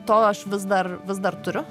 to aš vis dar vis dar turiu